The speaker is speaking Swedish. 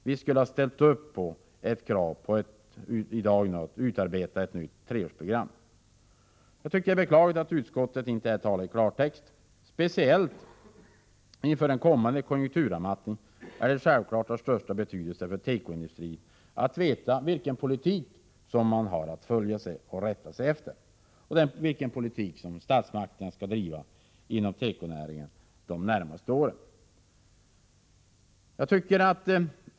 Vi skulle ha krävt utarbetandet av ett nytt treårsprogram. Jag tycker att det är beklagligt att utskottet inte talar i klartext. Speciellt inför kommande konjunkturavmattning är det självklart av största betydelse för tekoindustrin att veta vilken politik man har att rätta sig efter, vilken politik som statsmakterna avser att bedriva inom tekonäringen de närmaste åren.